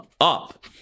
up